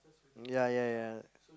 ya ya ya